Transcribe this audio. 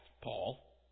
Paul